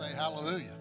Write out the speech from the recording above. hallelujah